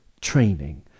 training